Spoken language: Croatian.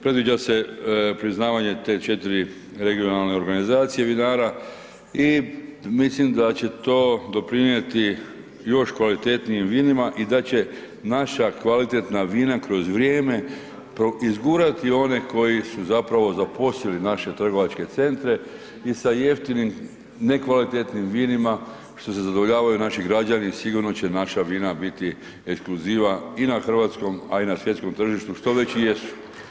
Predviđa se priznavanje te četiri regionalne organizacije vinara i mislim da će to doprinijeti još kvalitetnijim vinima i da će naša kvalitetna vina kroz vrijeme izgurati one koji su zapravo zaposjeli naše trgovačke centre i sa jeftinim nekvalitetnim vinima što se zadovoljavaju naši građani sigurno će naša vina biti ekskluziva i na hrvatskom a i na svjetskom tržištu što već i jesu.